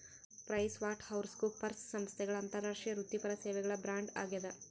PricewaterhouseCoopers ಸಂಸ್ಥೆಗಳ ಅಂತಾರಾಷ್ಟ್ರೀಯ ವೃತ್ತಿಪರ ಸೇವೆಗಳ ಬ್ರ್ಯಾಂಡ್ ಆಗ್ಯಾದ